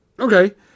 Okay